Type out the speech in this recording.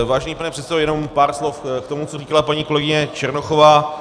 Vážený pane předsedo, jenom pár slov k tomu, co říkala paní kolegyně Černochová.